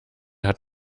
hat